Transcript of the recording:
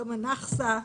יום הנכסה,